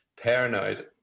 paranoid